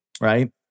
Right